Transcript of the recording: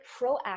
proactive